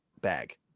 bag